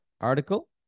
article